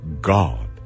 God